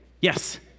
Yes